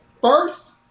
first